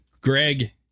Greg